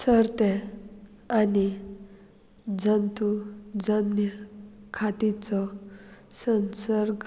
चर्ते आनी जंतू जन्य खातीचो संसर्ग